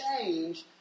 change